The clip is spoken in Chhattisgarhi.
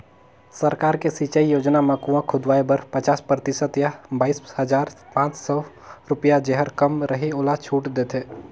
सरकार के सिंचई योजना म कुंआ खोदवाए बर पचास परतिसत य बाइस हजार पाँच सौ रुपिया जेहर कम रहि ओला छूट देथे